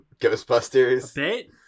Ghostbusters